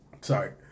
Sorry